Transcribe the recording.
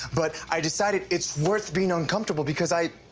but i decided it's worth being uncomfortable because i